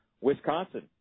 Wisconsin